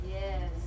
Yes